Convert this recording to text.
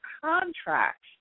contract